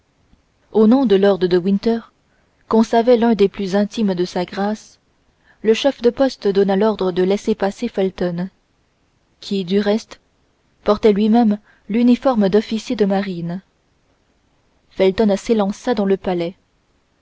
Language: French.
au nom de lord de winter qu'on savait l'un des plus intimes de sa grâce le chef de poste donna l'ordre de laisser passer felton qui du reste portait lui-même l'uniforme d'officier de marine felton s'élança dans le palais